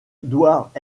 doit